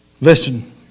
Listen